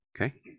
Okay